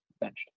benched